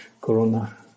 corona